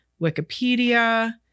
Wikipedia